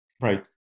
Right